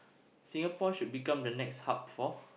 Singapore should become the next hub for